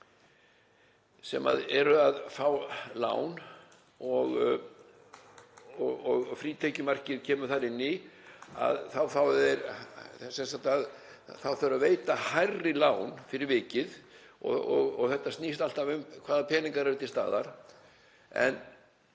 sem eru að fá lán og frítekjumarkið kemur þar inn í, að veita þurfi hærri lán fyrir vikið og þetta snýst alltaf um hvaða peningar eru til staðar.